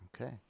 Okay